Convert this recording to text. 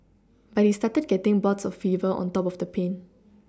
but he started getting bouts of fever on top of the pain